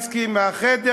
סלומינסקי מהחדר,